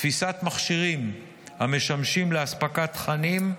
תפיסת מכשירים המשמשים לאספקת תכנים,